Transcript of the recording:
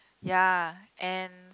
ya and